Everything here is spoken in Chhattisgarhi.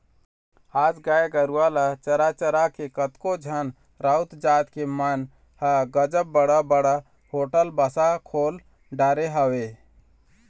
आज गाय गरुवा ल चरा चरा के कतको झन राउत जात के मन ह गजब बड़ बड़ होटल बासा खोल डरे हवय